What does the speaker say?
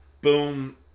boom